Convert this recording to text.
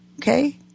Okay